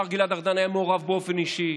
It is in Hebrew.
והשר גלעד ארדן היה מעורב באופן אישי.